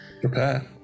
prepare